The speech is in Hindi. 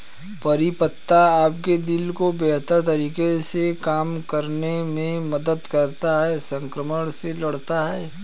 करी पत्ता आपके दिल को बेहतर तरीके से काम करने में मदद करता है, संक्रमण से लड़ता है